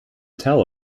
tell